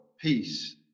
peace